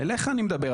אליך אני מדבר,